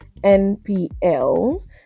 npls